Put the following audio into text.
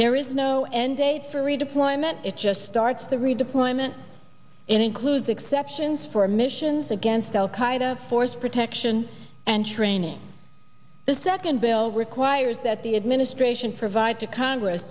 there is no end date for redeployment it just starts the redeployment and includes exceptions for missions against al qaida force protection and training the second bill requires that the administration provide to congress